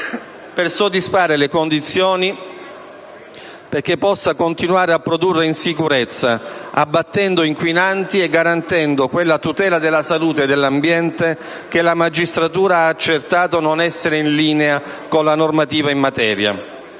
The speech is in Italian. per soddisfare le condizioni perché questo stabilimento possa continuare a produrre in sicurezza, abbattendo inquinanti e garantendo quella tutela della salute e dell'ambiente che la magistratura ha accertato non essere in linea con la normativa in materia,